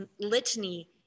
litany